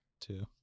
Two